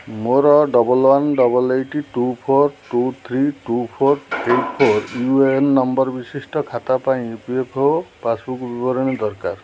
ମୋର double one double eight two four two three two four eight four U A N number ବିଶିଷ୍ଟ ଖାତା ପାଇଁ E P F O passbook ବିବରଣୀ ଦରକାର